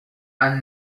anne